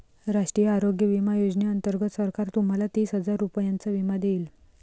राष्ट्रीय आरोग्य विमा योजनेअंतर्गत सरकार तुम्हाला तीस हजार रुपयांचा विमा देईल